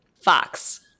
fox